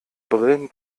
brillen